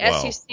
SEC